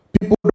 People